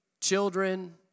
children